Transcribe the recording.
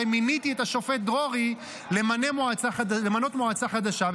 הרי מיניתי את השופט דרורי למנות מועצה חדשה,